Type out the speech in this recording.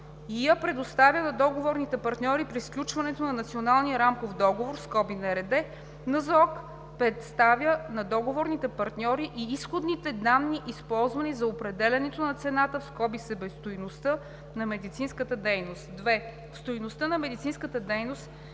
я предоставя на договорните партньори при сключването на Националния рамков договор (НРД). НЗОК представя на договорните партньори и изходните данни, използвани за определянето на цената (себестойността) на медицинската дейност. 2. В стойността на медицинската дейност